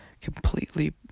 completely